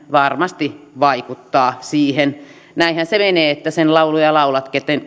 varmasti vaikuttaa siihen näinhän se menee että sen lauluja laulat